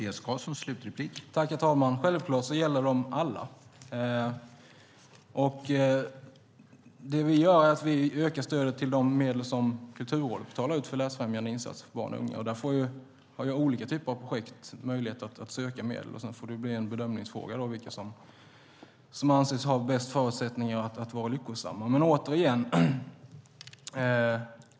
Herr talman! Självklart gäller de alla. Vi vill öka stödet till de medel som Kulturrådet betalar ut för läsfrämjande insatser för barn och unga. Där har olika typer av projekt möjlighet att söka medel, och sedan får det bli en bedömningsfråga vilka som anses ha bäst förutsättningar att bli lyckosamma.